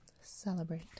Celebrate